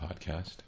podcast